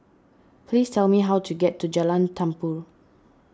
please tell me how to get to Jalan Tambur